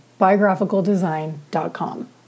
Biographicaldesign.com